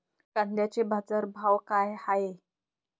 कांद्याचे बाजार भाव का हाये?